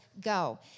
go